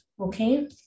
Okay